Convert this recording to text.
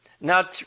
Now